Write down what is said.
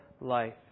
life